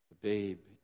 babe